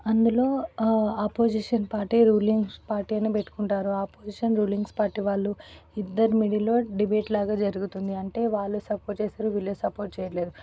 అందులో opposition party ruling party అయినా పెట్టుకుంటారు అపోజిషన్ రూలింగ్స్ పార్టీ వాళ్ళు ఇద్దరు మిడిల్లో డిబేట్ లాగా జరుగుతుంది అంటే వాళ్ళు సపోర్ట్ చేస్తారు వీళ్ళు సపోర్ట్ చేయలేరు